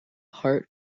heart